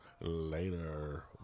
later